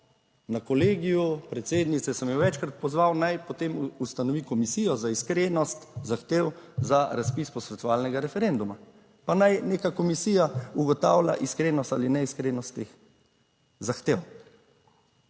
Na Kolegiju predsednice sem jo večkrat pozval, naj potem ustanovi komisijo za iskrenost zahtev za razpis posvetovalnega referenduma, pa naj neka komisija ugotavlja iskrenost ali neiskrenost teh zahtev.